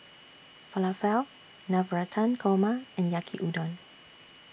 Falafel Navratan Korma and Yaki Udon